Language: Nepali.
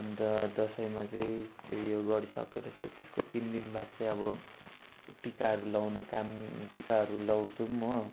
अन्त दसैँमा चाहिँ त्यही हो गरिसकेर चाहिँ त्यसको तिन दिन बाद चाहिँ अब टिकाहरू लगाउने काम टिकाहरू लगाउँछौँ हो